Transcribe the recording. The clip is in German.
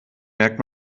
merkt